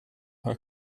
her